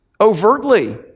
overtly